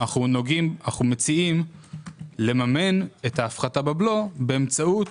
אנחנו מציעים לממן את ההפחתה בבלו באמצעות